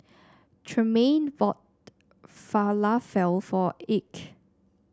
Tremaine bought Falafel for Ike